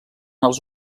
els